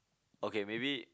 okay maybe